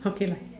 okay lah